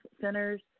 centers